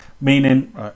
Meaning